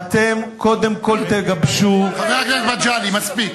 קודם כול תגבשו, חבר הכנסת מגלי, מספיק.